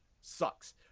sucks